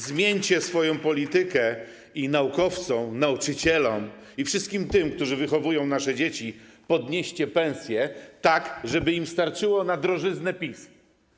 Zmieńcie swoją politykę i naukowcom, nauczycielom i wszystkim tym, którzy wychowują nasze dzieci, podnieście pensje, tak żeby im starczyło na drożyznę PiS.